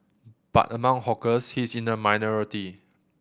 but among hawkers he is in the minority